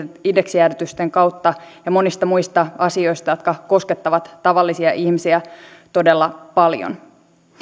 indeksijäädytysten kautta ja monista muista asioista jotka koskettavat tavallisia ihmisiä todella paljon